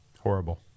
Horrible